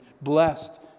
blessed